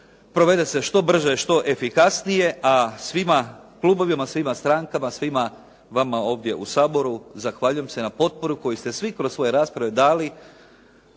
provede se što brže, što efikasnije a svima klubovima, svima strankama, svima vama ovdje u Saboru zahvaljujem se na potpori koju ste svi kroz svoje rasprave dali